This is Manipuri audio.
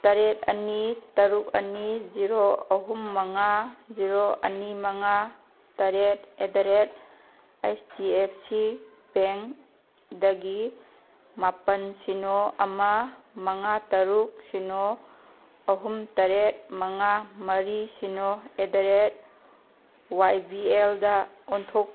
ꯇꯔꯦꯠ ꯑꯅꯤ ꯇꯔꯨꯛ ꯑꯅꯤ ꯖꯤꯔꯣ ꯑꯍꯨꯝ ꯃꯉꯥ ꯖꯤꯔꯣ ꯑꯅꯤ ꯃꯉꯥ ꯇꯔꯦꯠ at the rate S D F ꯁꯤ ꯕꯦꯡꯗꯒꯤ ꯃꯥꯄꯜ ꯁꯤꯅꯣ ꯑꯃ ꯃꯉꯥ ꯇꯔꯨꯛ ꯁꯤꯅꯣ ꯑꯍꯨꯝ ꯇꯔꯦꯠ ꯃꯉꯥ ꯃꯔꯤ ꯁꯤꯅꯣ at the rate Y B ꯑꯦꯜꯗ ꯑꯣꯟꯊꯣꯛ